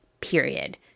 period